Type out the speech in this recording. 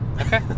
Okay